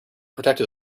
protected